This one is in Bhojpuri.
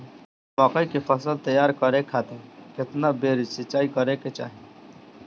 मकई के फसल तैयार करे खातीर केतना बेर सिचाई करे के चाही?